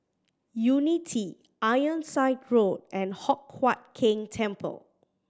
Unity Ironside Road and Hock Huat Keng Temple